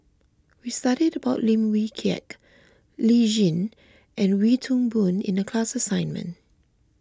we studied about Lim Wee Kiak Lee Tjin and Wee Toon Boon in the class assignment